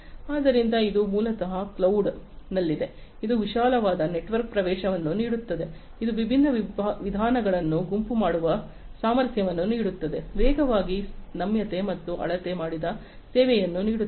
ಆದ್ದರಿಂದ ಇದು ಮೂಲತಃ ಕ್ಲೌಡ್ನಲ್ಲಿದೆ ಇದು ವಿಶಾಲವಾದ ನೆಟ್ವರ್ಕ್ ಪ್ರವೇಶವನ್ನು ನೀಡುತ್ತದೆ ಇದು ವಿಭಿನ್ನ ವಿಧಾನಗಳನ್ನು ಗುಂಪು ಮಾಡುವ ಸಾಮರ್ಥ್ಯವನ್ನು ನೀಡುತ್ತದೆ ವೇಗವಾಗಿ ನಮ್ಯತೆ ಮತ್ತು ಅಳತೆ ಮಾಡಿದ ಸೇವೆಯನ್ನು ನೀಡುತ್ತದೆ